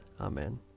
Amen